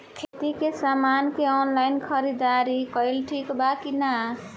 खेती के समान के ऑनलाइन खरीदारी कइल ठीक बा का?